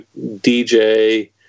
DJ